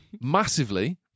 massively